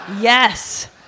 Yes